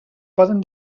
poden